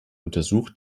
untersucht